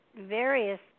various